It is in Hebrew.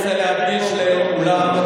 אני רוצה להדגיש לכולם,